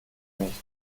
nicht